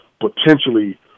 potentially